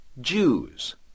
Jews